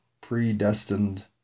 predestined